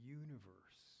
universe